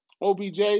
OBJ